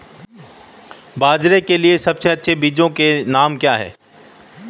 बाजरा के लिए अच्छे बीजों के नाम क्या हैं?